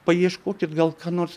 paieškokit gal ką nors